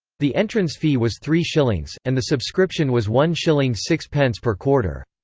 the entrance fee was three shillings, and the subscription was one shilling six pence per quarter.